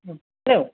hello